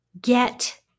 get